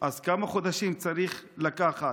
אז כמה חודשים זה צריך לקחת?